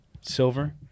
Silver